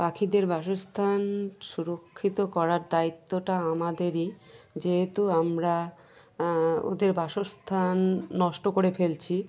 পাখিদের বাসস্থান সুরক্ষিত করার দায়িত্বটা আমাদেরই যেহেতু আমরা ওদের বাসস্থান নষ্ট করে ফেলছি